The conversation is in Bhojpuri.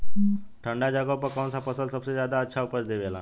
ठंढा जगह पर कौन सा फसल सबसे ज्यादा अच्छा उपज देवेला?